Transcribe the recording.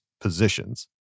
positions